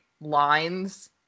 lines